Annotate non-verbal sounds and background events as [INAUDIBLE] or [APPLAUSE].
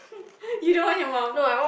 [LAUGHS] you don't want your mum